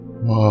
Wow